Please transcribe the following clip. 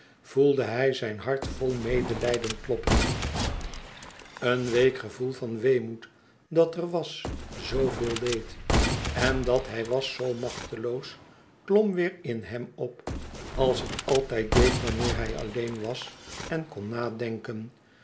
voelde hij zijn hart vol medelijden kloppen een week gevoel van weemoed dat er was zooveel leed en dat hij was zoo machteloos klom weêr in hem op als het altijd deed wanneer hij alleen was en kon nadenken